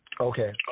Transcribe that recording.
Okay